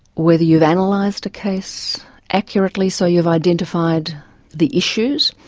whether you've vandalised a case accurately, so you've identified the issues,